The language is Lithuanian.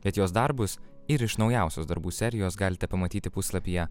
bet jos darbus ir iš naujausios darbų serijos galite pamatyti puslapyje